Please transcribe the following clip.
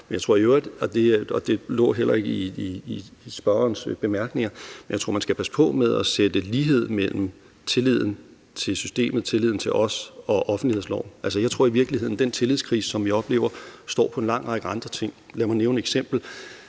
jeg tror, at man skal passe på med at sætte lighed mellem tilliden til systemet og tilliden til os og så offentlighedsloven. Altså, jeg tror i virkeligheden, at den tillidskrise, som vi oplever, står for en lang række andre ting. Lad mig nævne et eksempel: